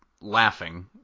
laughing